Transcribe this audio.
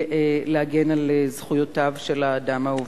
כדי להגן על זכויותיו של האדם העובד.